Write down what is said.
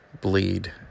bleed